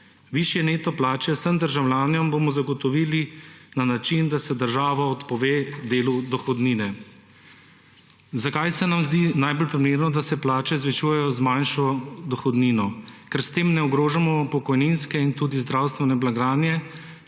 Višje neto plače vsem državljanom bomo zagotovili na način, da se država odpove delu dohodnine. Zakaj se nam zdi najbolj pomembno, da se plače zvišujejo z manjšo dohodnino? Ker s tem ne ogrožamo pokojninske in tudi zdravstvene blagajne,